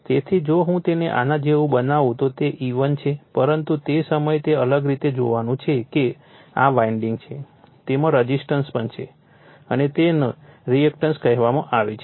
તેથી જો હું તેને આના જેવું બનાવું તો તે E1 છે પરંતુ તે સમયે તે અલગ રીતે જોવાનું છે કે આ વાઇન્ડિંગ છે તેમાં રઝિસ્ટન્સ પણ છે અને તેને રિએક્ટન્સ કહેવામાં આવે છે